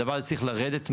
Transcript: והדבר הזה צריך לרדת מהחוק,